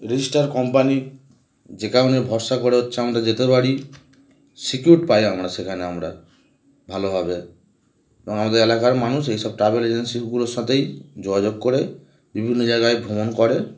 register company যে কারনে ভরসা করে হচ্ছে আমরা যেতে পারি সিকিউড পাই আমরা সেখানে আমরা ভালোভাবে এবং আমাদের এলাকার মানুষ এইসব ট্রাভেল এজেন্সিগুলোর সাথেই যোগাযোগ করে বিভিন্ন জায়গায় ভ্রমণ করে